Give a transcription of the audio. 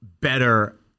better